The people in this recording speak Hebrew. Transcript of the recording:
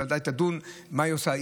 והיא ודאי תדון מה היא עושה,